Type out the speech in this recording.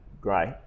great